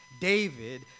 David